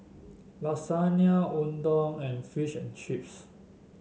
Lasagne Unadon and Fish and Chips